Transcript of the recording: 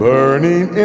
Burning